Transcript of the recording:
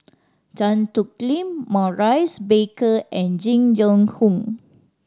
Tan Thoon Lip Maurice Baker and Jing Jun Hong